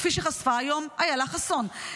כפי שחשפה היום איילה חסון.